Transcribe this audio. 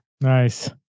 Nice